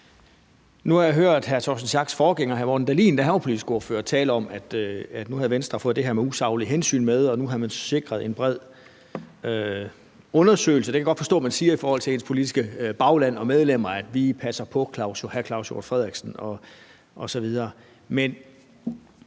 Nu har jeg hørt hr. Torsten Schack Pedersens forgænger hr. Morten Dahlin tale om – da han var politisk ordfører – at nu havde Venstre fået det her med usaglige hensyn med, og at man nu havde sikret en bred undersøgelse. Og det kan jeg godt forstå at man siger i forhold til ens politiske bagland og ens medlemmer, nemlig at man passer på hr. Claus Hjort Frederiksen osv.